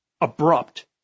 abrupt